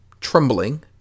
trembling